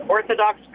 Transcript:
Orthodox